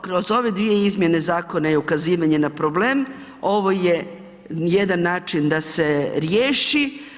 Kroz ove dvije izmjene zakona i ukazivanje na problem ovo je jedan način da se riješi.